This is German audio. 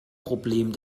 problem